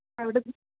അവിടെന്ന്